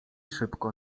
szybko